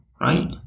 right